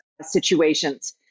situations